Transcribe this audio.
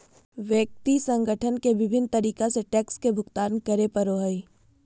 व्यक्ति संगठन के विभिन्न तरीका से टैक्स के भुगतान करे पड़ो हइ